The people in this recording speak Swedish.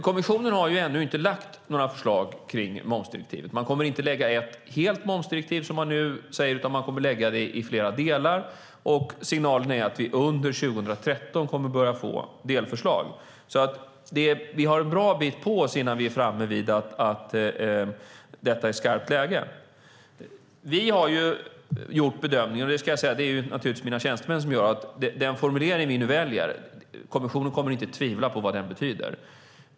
Kommissionen har ännu inte lagt fram några förslag om momsdirektivet. Man kommer inte att lägga fram ett helt momsdirektiv, utan man kommer att lägga fram det i flera delar. Signalen är att vi under 2013 kommer att börja få delförslag. Vi har alltså ett bra tag på oss innan vi är framme vid skarpt läge. Jag och mina tjänstemän har gjort bedömningen att kommissionen inte kommer att tvivla på vad den formulering vi nu väljer betyder.